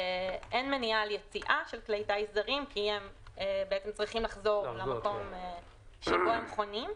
אין מניעה של יציאה של כלי טיס זרים כי הם צריך לחזור שבו הם חונים.